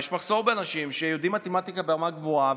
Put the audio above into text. יש מחסור באנשים שיודעים מתמטיקה ברמה גבוהה,